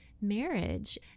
marriage